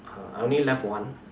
uh I only left one